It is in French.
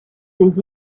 des